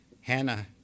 Hannah